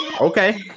Okay